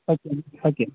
okay ma'am okay